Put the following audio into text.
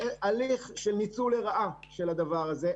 הן מאפשרות הליך של ניצול לרעה של הדבר הזה.